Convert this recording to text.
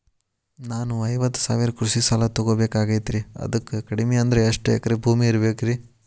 ನಾನು ಐವತ್ತು ಸಾವಿರ ಕೃಷಿ ಸಾಲಾ ತೊಗೋಬೇಕಾಗೈತ್ರಿ ಅದಕ್ ಕಡಿಮಿ ಅಂದ್ರ ಎಷ್ಟ ಎಕರೆ ಭೂಮಿ ಇರಬೇಕ್ರಿ?